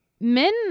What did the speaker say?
Men